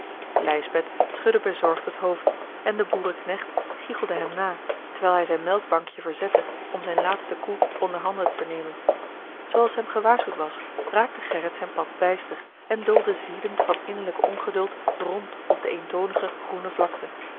lijsbeth schudde bezorgd het hoofd en de boerenknecht giegelde hem na terwijl hij zijn melkbankje verzette om zijn laatste koe onder handen te nemen zooals hem gewaarschuwd was raakte gerrit zijn pad bijster en doolde ziedend van innerlijk ongeduld rond op de eentonige groene vlakte